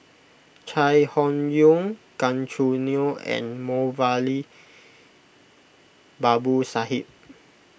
Chai Hon Yoong Gan Choo Neo and Moulavi Babu Sahib